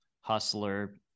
hustler